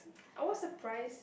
I was surprise